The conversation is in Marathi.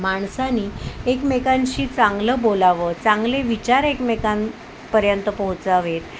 माणसानी एकमेकांशी चांगलं बोलावं चांगले विचार एकमेकांपर्यंत पोहोचावेत